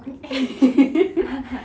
okay